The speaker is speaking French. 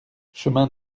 chemin